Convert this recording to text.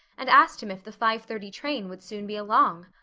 and asked him if the five-thirty train would soon be along.